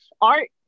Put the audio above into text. art